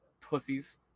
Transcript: Pussies